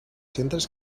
centres